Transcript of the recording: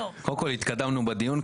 קודם כל התקדמנו בדיון,